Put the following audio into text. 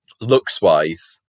Looks-wise